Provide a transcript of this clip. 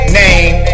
name